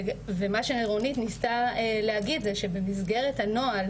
גבר לארץ ומן הסתם הוא לא רץ להסדיר את המעמד שלה.